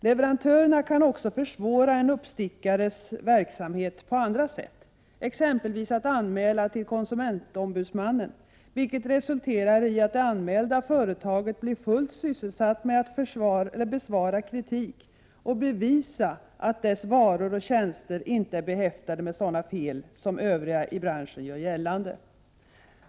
Leverantörerna kan också försvåra en ”uppstickares” verksamhet på andra sätt exempelvis genom att anmäla företaget till konsumentombudsmannen, vilket resulterar i att det anmälda företaget blir fullt sysselsatt med att besvara kritik och bevisa att dess varor/tjänster inte är behäftade med sådana fel som övriga i branschen gör gällande.